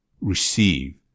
Receive